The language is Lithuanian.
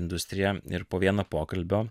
industriją ir po vieno pokalbio